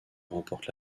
remporte